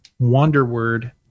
wonderword